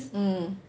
mm